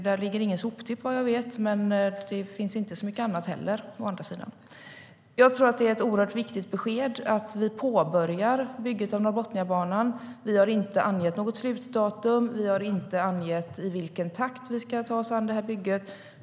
Där ligger ingen soptipp, vad jag vet, men det finns inte så mycket annat heller. Jag tror att det är ett oerhört viktigt besked att vi ska påbörja bygget av Norrbotniabanan. Vi har inte angett något slutdatum. Vi har inte angett i vilken takt vi ska ta oss an detta bygge.